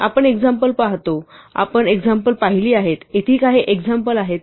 'आपण एक्झाम्पल पाहतो' 'आपण एक्झाम्पल पाहिली आहेत' 'येथे काही एक्झाम्पल आहेत'